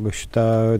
va šitą